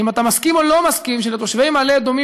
האם אתה מסכים או לא מסכים שלתושבי מעלה-אדומים